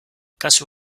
kasu